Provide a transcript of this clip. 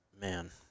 man